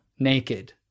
Naked